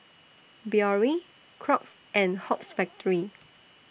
Biore Crocs and Hoops Factory